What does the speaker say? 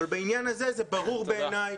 אבל בעניין הזה זה ברור בעיניי,